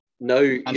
No